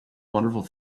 wonderful